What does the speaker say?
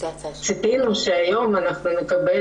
ציפינו שהיום נקבל